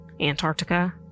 Antarctica